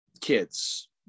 kids